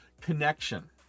connection